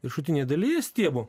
viršutinė dalis stiebo